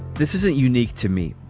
this isn't unique to me.